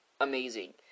amazing